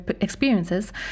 experiences